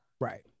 Right